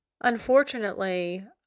unfortunately